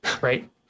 Right